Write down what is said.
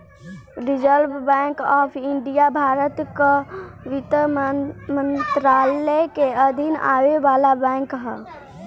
reserve bank of India Bharat कअ वित्त मंत्रालय के अधीन आवे वाला बैंक हअ